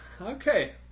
Okay